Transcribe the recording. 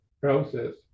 process